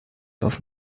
auf